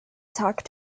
talk